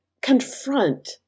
confront